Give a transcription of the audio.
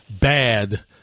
bad